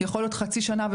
יכול להיות חצי שנה,